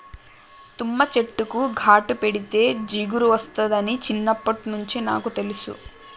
తుమ్మ చెట్టుకు ఘాటు పెడితే జిగురు ఒస్తాదని చిన్నప్పట్నుంచే నాకు తెలుసును